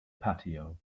patio